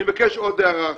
אני מבקש להעיר עוד הערה אחת: